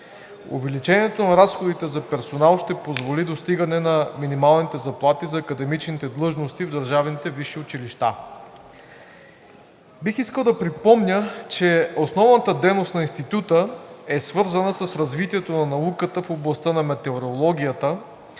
Увеличението на разходите за персонал ще позволи достигане на минималните заплати за академичните длъжности в държавните висши училища. Бих искал да припомня, че основната дейност на Института е свързана с развитието на науката в областта на метеорологията,